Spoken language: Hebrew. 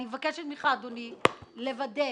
אז אני מבקשת ממך, אדוני, לוודא